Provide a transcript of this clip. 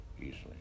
easily